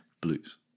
blues